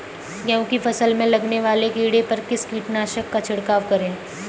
गेहूँ की फसल में लगने वाले कीड़े पर किस कीटनाशक का छिड़काव करें?